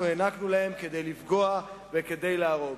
הענקנו להם כדי לפגוע וכדי להרוג.